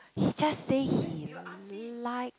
he just say he like